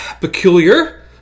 peculiar